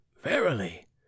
Verily